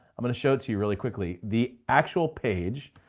i'm gonna show it to you really quickly. the actual page,